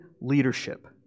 leadership